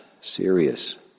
serious